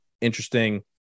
interesting